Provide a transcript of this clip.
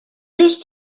used